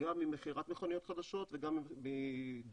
גם ממכירת מכוניות חדשות וגם מדלק.